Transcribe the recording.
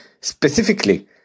specifically